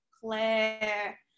Claire